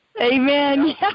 Amen